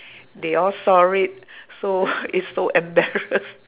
they all saw it so it's so embarass